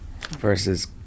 versus